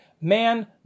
man